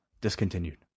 discontinued